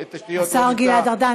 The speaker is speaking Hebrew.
השר גלעד ארדן,